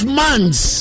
months